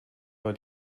war